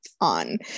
on